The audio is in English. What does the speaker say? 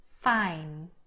fine